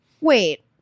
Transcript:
wait